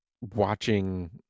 watching